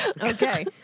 Okay